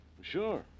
Sure